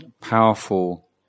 powerful